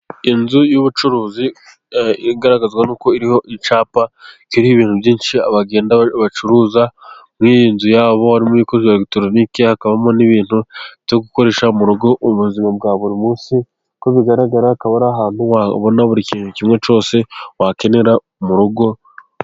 Inzu y'ubucuruzi, igaragazwa n'uko iriho icyapa kiriho ibintu byinshi bacuruza. Muri iyi nzu yabo harimo ibikoresho bya elegitoronike, hakabamo n'ibintu byo gukoresha mu rugo mu buzima bwa buri munsi; uko bigaragara hakaba ari ahantu wabona buri kintu kimwe cyose wakenera mu rugo.